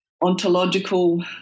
ontological